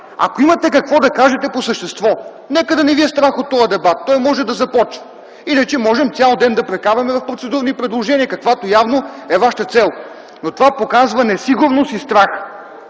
Ако имате какво да кажете по същество, нека да не Ви е страх от този дебат, той може да започне. Иначе можем цял ден да прекараме в процедурни предложения, каквато явно е вашата цел, но това показва несигурност и страх.